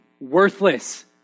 worthless